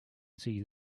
see